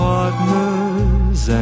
Partners